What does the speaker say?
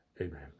Amen